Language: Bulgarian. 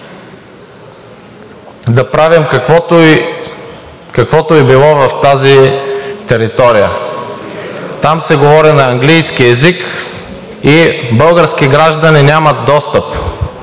да правим каквото и да било в тази територия. Там се говори на английски език и български граждани нямат достъп,